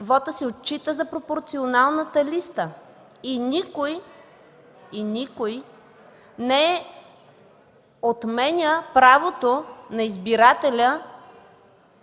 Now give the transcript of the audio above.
вотът се отчита за пропорционалната листа. И никой, никой не отменя правото на избирателя